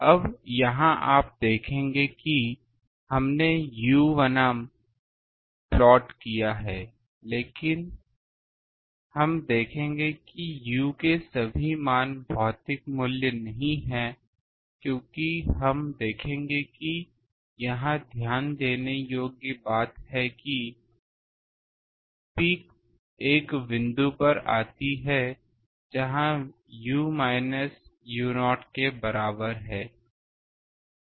अब यहाँ आप देखेंगे कि हमने u बनाम प्लॉट किया है लेकिन हम देखेंगे कि यू के सभी मान भौतिक मूल्य नहीं हैं क्योंकि हम देखेंगे कि यहाँ ध्यान देने योग्य बात यह है कि पीक एक बिंदु पर आती है जहाँ u माइनस u0 के बराबर है